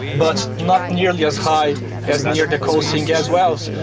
but not nearly as high as near the coal seam gas wells,